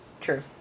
True